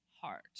heart